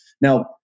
Now